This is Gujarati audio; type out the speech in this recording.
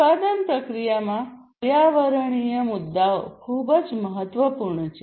ઉત્પાદન પ્રક્રિયામાં પર્યાવરણીય મુદ્દાઓ ખૂબ જ મહત્વપૂર્ણ છે